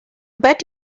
bet